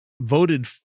voted